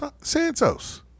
Santos